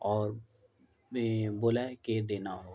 اور بول کہ دینا ہوگا